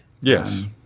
Yes